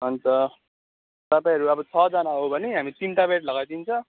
अन्त तपाईँहरू अब छजना हो भने हामी तिनटा बेड लगाइदिन्छ